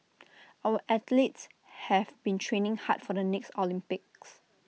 our athletes have been training hard for the next Olympics